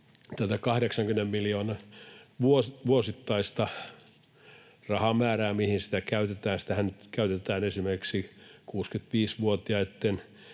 80 miljoonan vuosittaista rahamäärää käytetään. Sitähän käytetään esimerkiksi 65-vuotiaitten